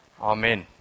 Amen